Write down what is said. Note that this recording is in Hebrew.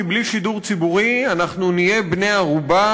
כי בלי שידור ציבורי אנחנו נהיה בני ערובה